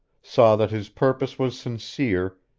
saw that his purpose was sincere,